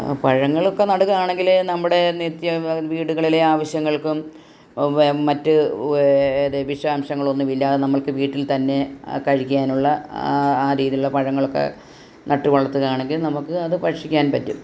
ആ പഴങ്ങളൊക്കെ നടുകയാണെങ്കില് നമ്മുടെ നിത്യം വീടുകളിലെ ആവശ്യങ്ങൾക്കും മറ്റ് വിഷാംശങ്ങളൊന്നും ഇല്ലാതെ നമ്മൾക്ക് വീട്ടിൽ തന്നെ കഴിക്കാനുള്ള ആ രീതിയിലുള്ള പഴങ്ങളൊക്കെ നട്ട് വളർത്തുകയാണെങ്കിൽ നമുക്ക് അത് ഭക്ഷിക്കാൻ പറ്റും